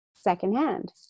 secondhand